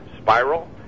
spiral